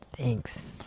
Thanks